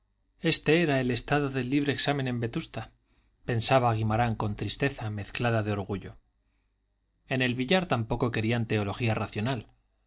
este era el estado del libre examen en vetusta pensaba guimarán con tristeza mezclada de orgullo en el billar tampoco querían teología racional